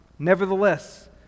Nevertheless